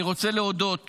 אני רוצה להודות